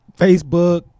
Facebook